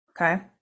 Okay